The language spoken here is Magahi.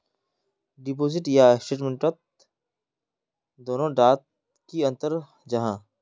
डिपोजिट या इन्वेस्टमेंट तोत दोनों डात की अंतर जाहा?